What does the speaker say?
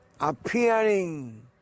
appearing